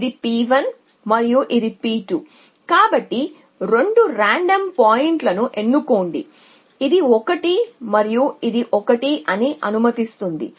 ఇది p 1 మరియు ఇది p 2 కాబట్టి 2 యాదృచ్ఛిక పాయింట్లను ఎన్నుకోండి ఇది 1 మరియు ఇది 1 అని అనుమతిస్తుంది